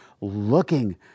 looking